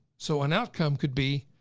so an outcome could be